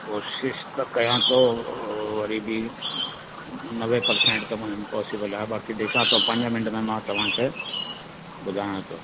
कोशिशि त कया थो वरी बि नवे परसेंट त इंपॉसिबल आहे बाक़ि ॾिसा थो पंज मिंट में तव्हांखे ॿुधायां थो